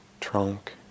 trunk